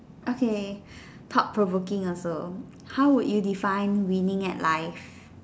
okay thought provoking also how would you define winning at life